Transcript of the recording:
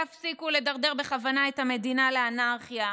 תפסיקו לדרדר בכוונה את המדינה לאנרכיה,